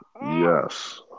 Yes